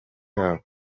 yabo